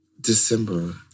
December